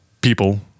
people